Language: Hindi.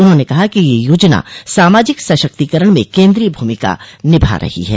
उन्होंने कहा कि यह योजना सामाजिक सशक्तिकरण में केन्द्रिय भूमिका निभा रही है